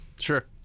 Sure